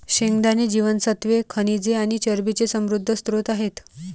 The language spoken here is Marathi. शेंगदाणे जीवनसत्त्वे, खनिजे आणि चरबीचे समृद्ध स्त्रोत आहेत